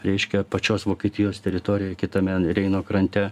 reiškia pačios vokietijos teritorijoj kitame reino krante